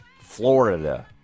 Florida